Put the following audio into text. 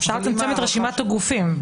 אפשר לצמצם את רשימת הגופים.